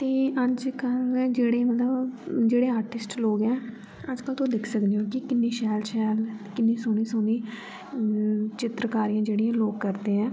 ते अज्जकल जेह्ड़े मतलब जेह्ड़े आर्टिसट लोग ऐ अज्जकल तुस दिक्खी सकदे ओ के किन्नी शैल शैल किन्नी सौह्नी सौह्नी चित्रकारी जेह्ड़े लोग करदे ऐ